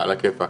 על הכיפאק.